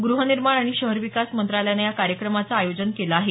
गृहनिर्माण आणि शहर विकास मंत्रालयानं या कार्यक्रमाचं आयोजन केलं आहे